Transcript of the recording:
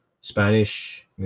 Spanish